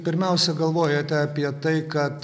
pirmiausia galvojote apie tai kad